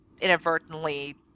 inadvertently